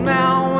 now